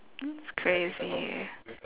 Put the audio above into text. that's crazy eh